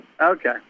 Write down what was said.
Okay